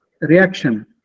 reaction